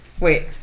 Wait